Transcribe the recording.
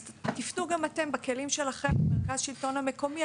אז תפנו גם אתם בכלים שלכם למרכז השלטון המקומי,